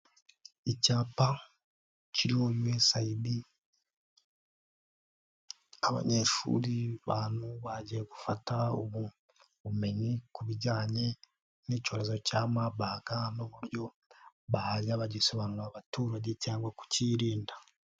Icyapa kiriho USAID abanyeshuri, abantu bagiye gufata ubumenyi ku bijyanye n'icyorezo cya mabaga n'uburyo bajya bagisobanurira abaturage cyangwa kukirinda.